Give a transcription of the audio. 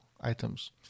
items